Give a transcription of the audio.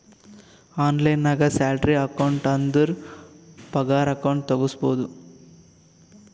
online ನಾಗ್ salary account ಅಂದುರ್ ಪಗಾರ ಅಕೌಂಟ್ ತೆಗುಸ್ಬೋದು